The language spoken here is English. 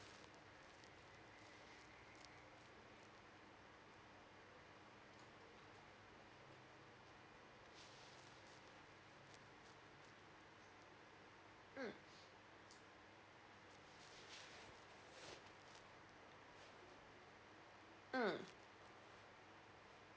mm mm